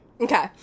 okay